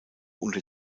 unter